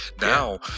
now